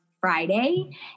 Friday